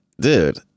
dude